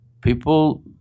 people